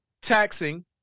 taxing